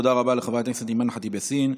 תודה רבה לחברת הכנסת אימאן ח'טיב יאסין.